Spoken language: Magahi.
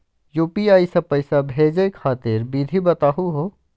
यू.पी.आई स पैसा भेजै खातिर विधि बताहु हो?